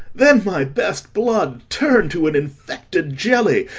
then my best blood turn to an infected jelly,